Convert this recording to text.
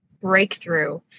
Breakthrough